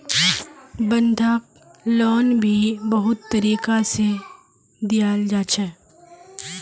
बंधक लोन भी बहुत तरीका से दियाल जा छे